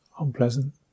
unpleasant